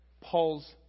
Paul's